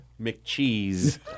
McCheese